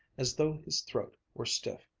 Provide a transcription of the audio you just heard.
as though his throat were stiff.